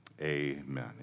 Amen